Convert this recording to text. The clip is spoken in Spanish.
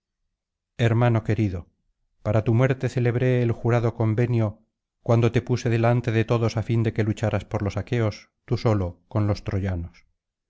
hermano querido para tu muerte celebré el jurado convenio cuando te puse delante de todos á fin de que lucharas por los aqueos tú solo con los troyanos